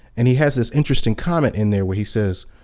and he has this interesting comment in there where he says,